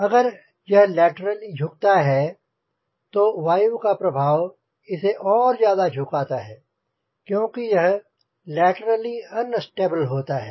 अगर यह लैटरली झुकता है तो वायु का प्रभाव इसे और ज्यादा झुकाता है क्योंकि यह लैटरली अनस्टेबल होता है